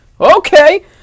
Okay